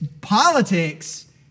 politics